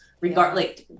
regardless